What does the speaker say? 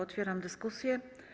Otwieram dyskusję.